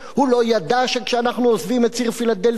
הוא לא ידע שכשאנחנו עוזבים את ציר פילדלפי